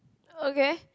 okay